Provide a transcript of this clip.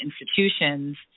institutions